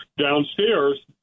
Downstairs